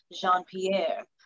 Jean-Pierre